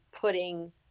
putting